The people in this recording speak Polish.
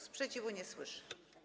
Sprzeciwu nie słyszę.